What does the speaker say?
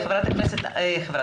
אלה